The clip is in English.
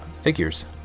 figures